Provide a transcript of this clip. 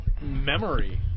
memory